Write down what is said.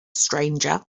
stranger